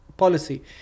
Policy